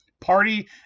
party